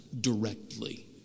directly